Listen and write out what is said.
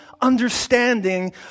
understanding